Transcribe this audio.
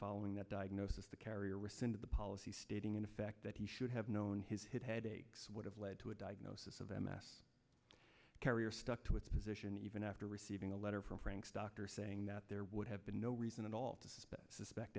following that diagnosis the carrier rescinded the policy stating in effect that he should have known his hip headaches would have led to a diagnosis of m s carrier stuck to its position even after receiving a letter from frank's doctor saying that there would have been no reason at all to s